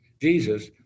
Jesus